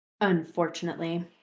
unfortunately